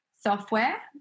software